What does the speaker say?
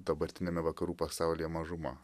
dabartiniame vakarų pasaulyje mažuma